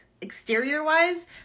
exterior-wise